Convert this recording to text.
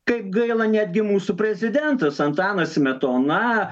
kaip gaila netgi mūsų prezidentas antanas smetona